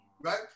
Right